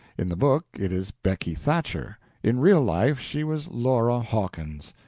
in the book it is becky thatcher in real life she was laura hawkins.